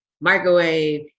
microwave